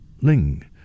ling